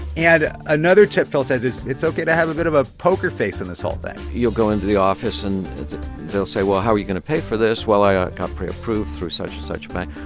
and another tip, phil says it's it's ok to have a bit of a poker face in this whole thing you'll go into the office. and they'll say, well, how are you going to pay for this? well, i ah got preapproved through such and such bank.